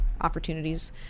opportunities